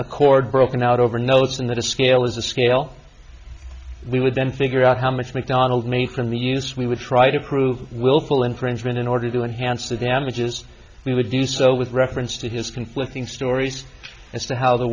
record broken out over notes and that a scale is a scale we would then figure out how much mcdonald's meat from the use we would try to prove willful infringement in order to enhance the damages we would do so with reference to his conflicting stories as to how the